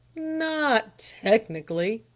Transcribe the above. not technically,